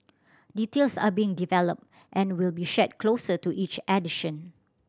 details are being developed and will be shared closer to each edition